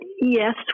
yes